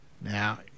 Now